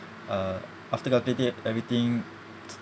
uh after calculating everything